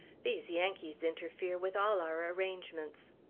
these yankees interfere with all our arrangements.